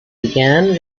began